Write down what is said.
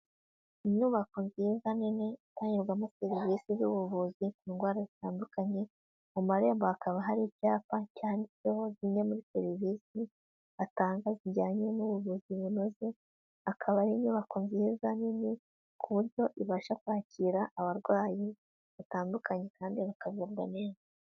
Inyubako nziza nini itangirwamo serivisi z'ubuvuzi bw'indwara zitandukanye, mu marembo hakaba hari icyapa cyanditseho zimwe muri serivisi atanga zijyanye n'ubuvuzi bunoze, akaba ari inyubako nziza nini ku buryo ibasha kwakira abarwayi batandukanye kandi bakavurwa neza.